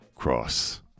cross